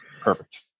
Perfect